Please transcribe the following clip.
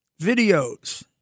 videos